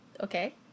okay